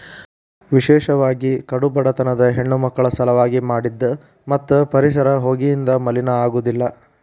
ವಿಶೇಷವಾಗಿ ಕಡು ಬಡತನದ ಹೆಣ್ಣಮಕ್ಕಳ ಸಲವಾಗಿ ನ ಮಾಡಿದ್ದ ಮತ್ತ ಪರಿಸರ ಹೊಗೆಯಿಂದ ಮಲಿನ ಆಗುದಿಲ್ಲ